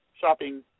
shopping